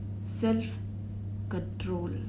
Self-control